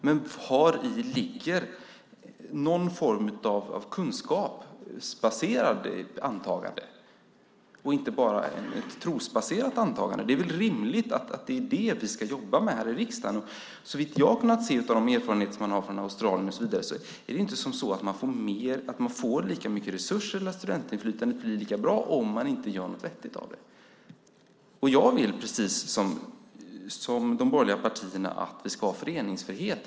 Men var finns det någon form av kunskapsbaserat antagande och inte bara ett trosbaserat antagande? Det är väl rimligt att det är det vi ska jobba med här i riksdagen. Såvitt jag har kunnat se av de erfarenheter som man har från Australien och så vidare är det inte så att man får lika mycket resurser eller att studentinflytandet blir lika bra om man inte gör något vettigt av det. Jag vill precis som de borgerliga partierna att vi ska ha föreningsfrihet.